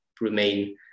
remain